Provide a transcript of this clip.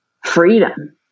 freedom